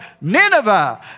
Nineveh